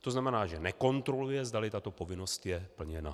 To znamená, že nekontroluje, zdali tato povinnost je plněna.